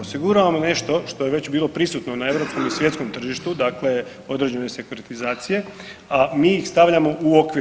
Osiguravamo nešto što je već bilo prisutno na europskom i svjetskom tržištu, dakle određene sekuritizacije, a mi ih stavljamo u okvir.